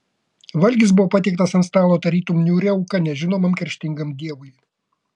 valgis buvo patiektas ant stalo tarytum niūri auka nežinomam kerštingam dievui